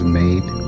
made